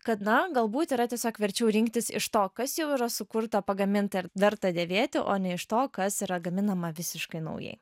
kad na galbūt yra tiesiog verčiau rinktis iš to kas jau yra sukurta pagaminta ir verta dėvėti o ne iš to kas yra gaminama visiškai naujai